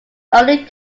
only